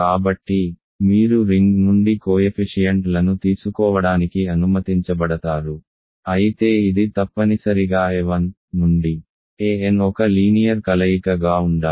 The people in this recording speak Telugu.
కాబట్టి మీరు రింగ్ నుండి కోయెఫిషియంట్లను తీసుకోవడానికి అనుమతించబడతారు అయితే ఇది తప్పనిసరిగా a1 నుండి an ఒక లీనియర్ కలయిక గా ఉండాలి